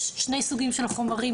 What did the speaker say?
שמי ליאת קוזמא,